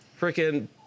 freaking